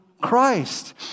Christ